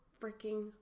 freaking